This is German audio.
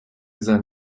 seinen